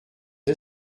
est